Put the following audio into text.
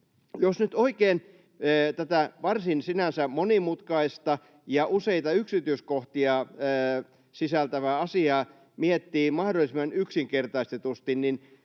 Jos nyt oikein tätä sinänsä varsin monimutkaista ja useita yksityiskohtia sisältävää asiaa miettii mahdollisimman yksinkertaistetusti,